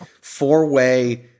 four-way